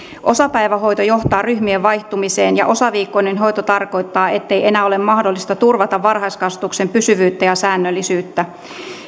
osapäivähoito johtaa ryhmien vaihtumiseen ja osaviikkoinen hoito tarkoittaa ettei enää ole mahdollista turvata varhaiskasvatuksen pysyvyyttä ja säännöllisyyttä